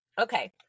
Okay